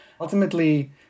Ultimately